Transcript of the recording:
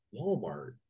Walmart